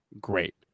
great